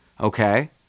Okay